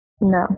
No